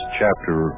chapter